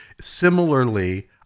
Similarly